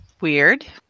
Weird